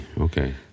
Okay